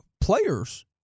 players